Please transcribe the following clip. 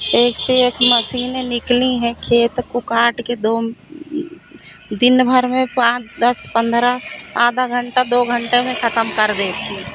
एक से एक मशीनें निकली हैं खेत को काटकर दो दिनभर में पाँच दस पन्द्रह आधा घंटे दो घंटे में खतम कर देती है